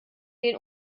den